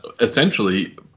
essentially